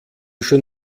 schon